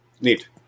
neat